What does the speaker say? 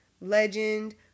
legend